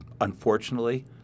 unfortunately